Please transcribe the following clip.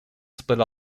split